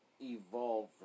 evolve